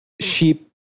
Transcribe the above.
sheep